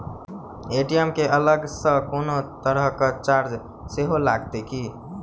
ATM केँ अलग सँ कोनो तरहक चार्ज सेहो लागत की?